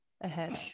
ahead